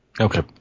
Okay